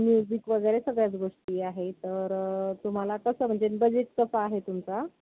music वगैरे सगळ्याच गोष्टी आहे तर तुम्हाला कसं म्हणजे बजेट कसं आहे तुमचा